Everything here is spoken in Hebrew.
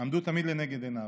עמדו תמיד לנגד עיניו.